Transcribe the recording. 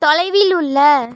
தொலைவில் உள்ள